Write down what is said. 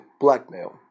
blackmail